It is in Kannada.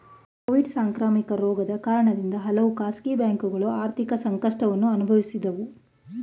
ಕೋವಿಡ್ ಸಾಂಕ್ರಾಮಿಕ ರೋಗದ ಕಾರಣದಿಂದ ಹಲವು ಖಾಸಗಿ ಬ್ಯಾಂಕುಗಳು ಆರ್ಥಿಕ ಸಂಕಷ್ಟವನ್ನು ಅನುಭವಿಸಿದವು